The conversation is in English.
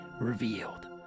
revealed